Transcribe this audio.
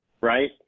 right